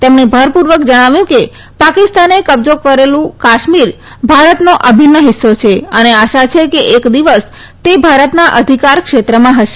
તેમણે ભારપુર્વક જણાવ્યું કે પાકિસ્તાને કબજા કરેલું કાશ્મીર ભારતનો અભિન્ન હિસ્સો છે અને આશા છે કે એક દિવસ તે ભારતના અધિકારક્ષેત્રમાં હશે